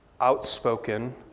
outspoken